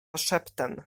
szeptem